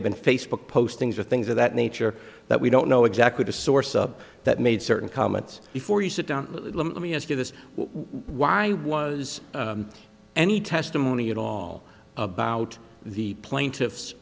have been facebook postings or things of that nature that we don't know exactly the source of that made certain comments before you sit down let me ask you this why was any testimony at all about the plaintiff